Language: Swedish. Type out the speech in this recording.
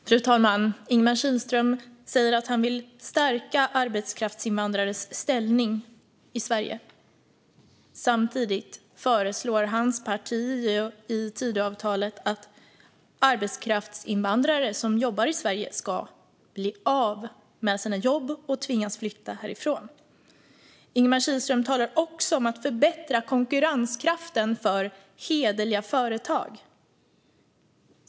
Fru talman! Ingemar Kihlström säger att han vill stärka arbetskraftsinvandrares ställning i Sverige. Samtidigt föreslår hans parti i Tidöavtalet att arbetskraftsinvandrare som jobbar i Sverige ska bli av med sina jobb och tvingas flytta härifrån. Ingemar Kihlström talar också om att förbättra konkurrenskraften för hederliga företag.